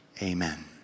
Amen